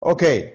Okay